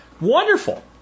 Wonderful